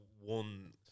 one